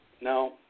Now